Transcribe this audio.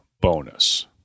bonus